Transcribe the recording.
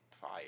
fire